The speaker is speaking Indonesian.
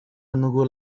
menunggu